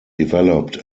developed